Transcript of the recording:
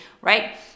right